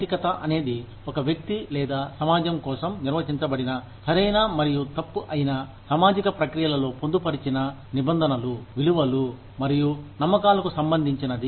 నైతికత అనేది ఒక వ్యక్తి లేదా సమాజం కోసం నిర్వచించబడిన సరైన మరియు తప్పు అయినా సామాజిక ప్రక్రియలలో పొందుపరిచిన నిబంధనలు విలువలు మరియు నమ్మకాలకు సంబంధించినది